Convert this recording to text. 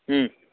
उम